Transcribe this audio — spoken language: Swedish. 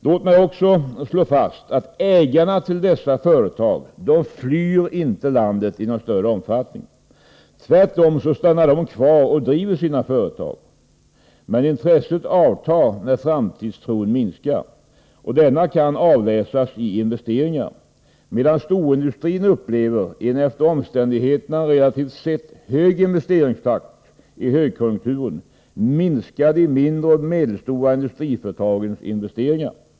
Låt mig också slå fast att ägarna till dessa företag inte flyr landet i någon större omfattning. Tvärtom stannar de kvar och driver sina företag. Men intresset avtar när framtidstron minskar, och denna kan avläsas i investeringarna. Medan storindustrin upplever en efter omständigheterna relativt hög investeringstakt i högkonjunkturen, minskar de mindre och medelstora industriföretagens investeringar.